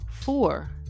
four